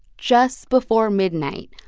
just before midnight,